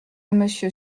monsieur